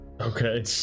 Okay